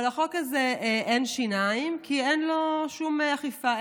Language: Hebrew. אבל לחוק הזה אין שיניים כי אין לו שום אכיפה,